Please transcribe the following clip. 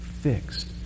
fixed